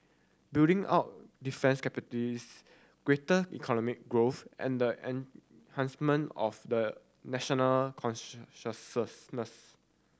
building up defence capabilities greater economic growth and the enhancement of the national